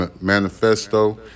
Manifesto